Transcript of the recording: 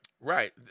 Right